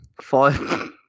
five